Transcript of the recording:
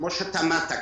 כמו שאתה אמרת,